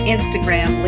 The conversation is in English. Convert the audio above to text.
Instagram